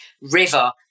river